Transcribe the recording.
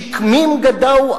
"שקמים גדעו,